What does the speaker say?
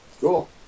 Cool